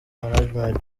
management